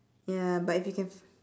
ya but if you can